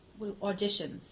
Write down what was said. auditions